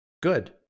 Good